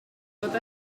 tot